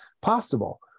possible